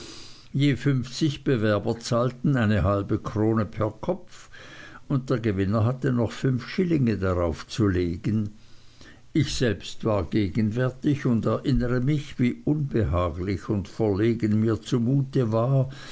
je fünfzig bewerber zahlten eine halbe krone per kopf und der gewinner hatte noch fünf schillinge daraufzulegen ich selbst war gegenwärtig und erinnere mich wie unbehaglich und verlegen mir zu mute war